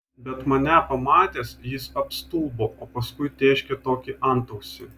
bet mane pamatęs jis apstulbo o paskui tėškė tokį antausį